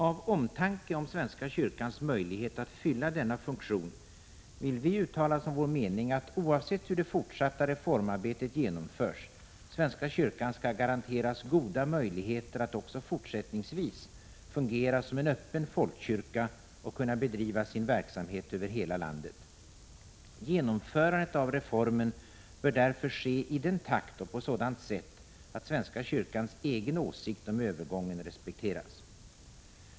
Av omtanke om svenska kyrkans möjlighet att fylla denna funktion vill vi uttala som vår mening att oavsett hur det fortsatta reformarbetet genomförs skall svenska kyrkan garanteras goda möjligheter att också fortsättningsvis fungera som en öppen folkkyrka och kunna bedriva sin verksamhet över hela landet. Genomförandet av reformen bör därför ske i den takt och på sådant sätt att svenska kyrkans egen åsikt om övergången respekteras.